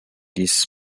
dieses